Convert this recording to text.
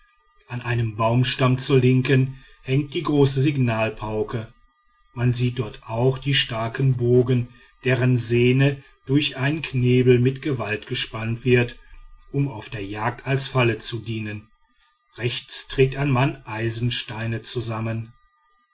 an einem baumstamm zur linken hängt die große signalpauke man sieht dort auch die starken bogen deren sehne durch einen knebel mit gewalt gespannt wird um auf der jagd als falle zu dienen rechts trägt ein mann eisensteine zusammen